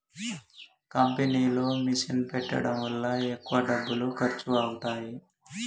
కంపెనీలో మిషన్ పెట్టడం వల్ల ఎక్కువ డబ్బులు ఖర్చు అవుతాయి